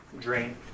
Drain